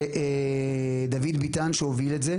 שהוביל דוד ביטן,